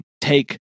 take